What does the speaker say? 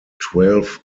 twelve